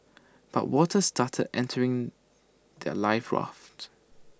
but water started entering their life rafts